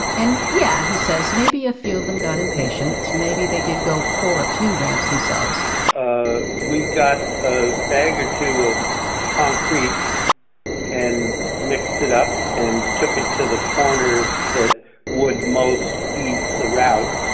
and yeah, he says, maybe a few of them got impatient, maybe they did go pour a few ramps themselves ah we got a bag or two of concrete and mixed it up, and took it to the corners that would most ease the route,